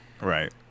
Right